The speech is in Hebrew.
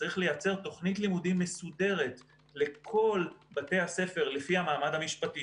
צריך לייצר תוכנית לימודים מסודרת לכל בתי הספר לפי המעמד המשפטי